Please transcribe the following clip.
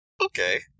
Okay